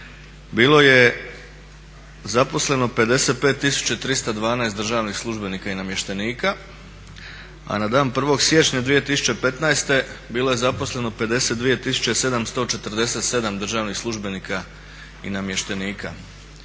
bilo je zaposleno 55.312 državnih službenika i namještenika, a na dan 1.siječnja 2015.bilo je zaposleno 52.747 državnih službenika i namještenika.